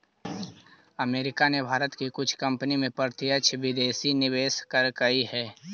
America ने भारत की कुछ कंपनी में प्रत्यक्ष विदेशी निवेश करकई हे